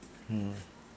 mm